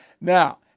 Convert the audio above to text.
Now